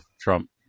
Trump